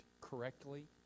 correctly